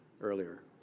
earlier